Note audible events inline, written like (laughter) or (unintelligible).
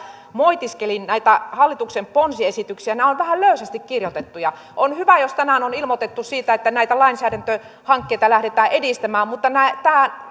moitiskelin näitä hallituksen ponsiesityksiä nämä ovat vähän löysästi kirjoitettuja on hyvä jos tänään on ilmoitettu siitä että näitä lainsäädäntöhankkeita lähdetään edistämään mutta tämä (unintelligible)